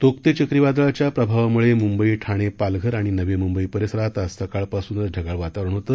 Tauktae चक्रीवादळाच्या प्रभावाम्ळे म्ंबई ठाणे पालघर आणि नवी म्ंबई परिसरात आज सकाळपासूनच ढगाळ वातावरण होते